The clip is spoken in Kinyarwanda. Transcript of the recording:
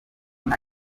nta